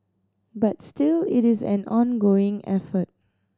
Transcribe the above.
but still it is an ongoing effort